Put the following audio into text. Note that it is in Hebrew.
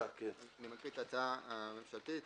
מכיוון שמיזגנו את שתי ההצעות,